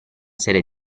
serie